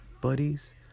buddies